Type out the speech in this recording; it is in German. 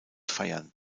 feiern